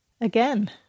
again